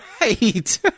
Right